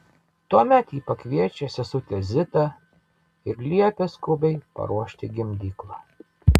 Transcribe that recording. tuomet ji pakviečia sesutę zitą ir liepia skubiai paruošti gimdyklą